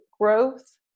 growth